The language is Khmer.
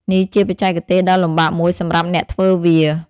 នេះជាបច្ចេកទេសដ៏លំបាកមួយសម្រាប់អ្នកធ្វើវា។